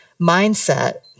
mindset